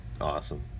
Awesome